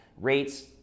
rates